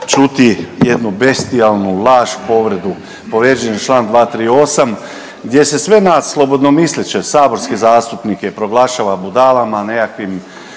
čuti jednu bestijalnu laž i povredu, povrijeđen je čl. 238., gdje se sve nas slobodnomisleće saborske zastupnike proglašava budalama, nekakvim